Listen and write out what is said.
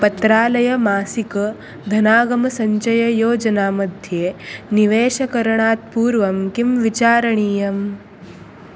पत्रालयमासिक् धनागमसञ्चययोजना मध्ये निवेशकरणात् पूर्वं किं विचारणीयम्